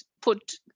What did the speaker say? put